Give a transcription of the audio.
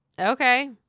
Okay